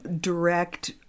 direct